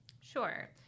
Sure